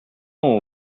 quand